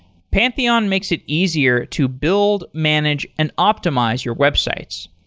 pantheon makes it easier to build, manage and optimize your websites.